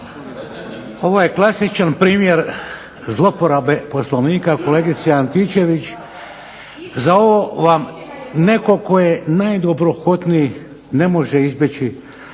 Ovo je klasičan primjer zlouporabe Poslovnika. Kolegice Antičević za ovo vam netko tko je najdobrohotniji ne može izbjeći